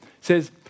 says